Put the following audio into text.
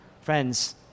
Friends